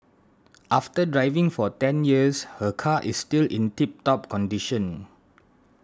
after driving for ten years her car is still in tip top condition